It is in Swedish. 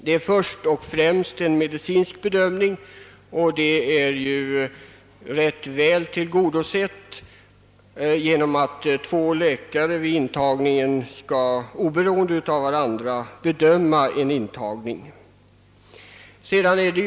De krav som kan ställas på en medicinsk bedömning är ju rätt väl tillgodosedda genom att två läkare skall oberoende av varandra bedöma en intag ning.